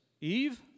Eve